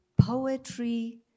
poetry